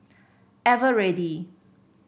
eveready